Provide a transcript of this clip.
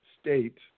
state